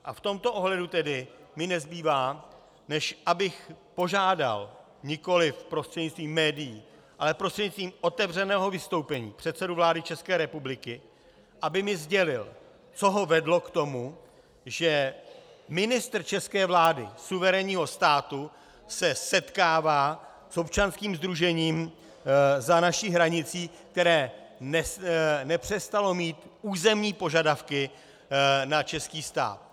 V tomto ohledu tedy mi nezbývá, než abych požádal nikoliv prostřednictvím médií, ale prostřednictvím otevřeného vystoupení předsedu vlády České republiky, aby mi sdělil, co ho vedlo k tomu, že ministr české vlády, suverénního státu, se setkává s občanským sdružením za naší hranicí, které nepřestalo mít územní požadavky na český stát.